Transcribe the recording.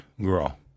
Girl